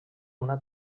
una